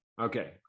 okay